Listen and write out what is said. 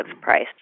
price